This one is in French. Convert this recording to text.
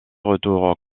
retour